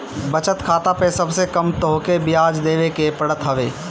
बचत खाता पअ सबसे कम तोहके बियाज देवे के पड़त हवे